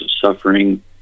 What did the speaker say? suffering